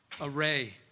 array